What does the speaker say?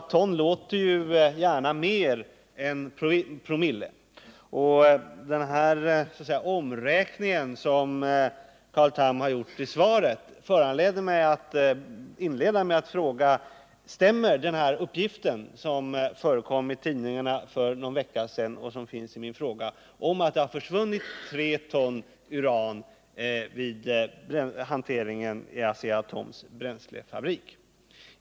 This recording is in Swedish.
Ton låter ju gärna mer än promille, och den omräkning som Carl Tham har gjort i svaret föranleder mig att inleda med att fråga: Stämmer den uppgift som förekom i tidningarna för någon vecka sedan och som finns i min fråga, att det försvunnit 3 ton uran i hanteringen vid Asea-Atoms bränslefabrik?